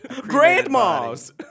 Grandma's